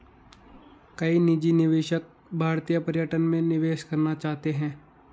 कई निजी निवेशक भारतीय पर्यटन में निवेश करना चाहते हैं